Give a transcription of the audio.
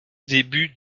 début